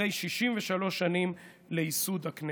אחרי 63 שנים לייסוד הכנסת.